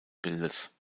bildes